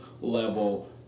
level